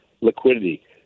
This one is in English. liquidity